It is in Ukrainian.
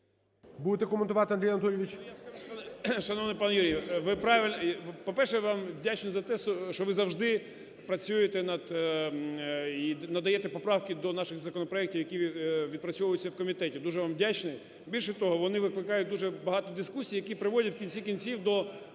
Будете коментувати, Андрій Анатолійович?